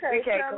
Okay